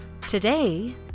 today